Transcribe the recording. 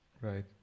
Right